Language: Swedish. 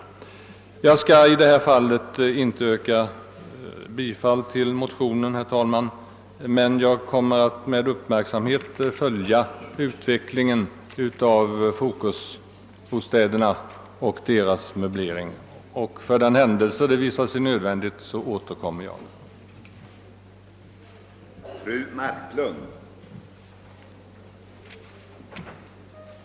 Jag skall inte yrka bifall till motionen 11: 1030 men jag kommer att med uppmärksamhet följa utvecklingen när det gäller Fokus-bostäderna och deras möblering, och för den händelse det visar sig nödvändigt återkommer jag i ärendet.